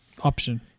option